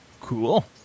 cool